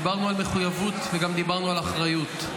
דיברנו על מחויבות וגם דיברנו על אחריות.